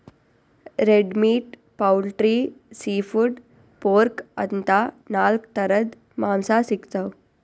red meat, poultry, seafood, pork ಅಂತಾ ನಾಲ್ಕ್ ಥರದ್ ಮಾಂಸಾ ಸಿಗ್ತವ್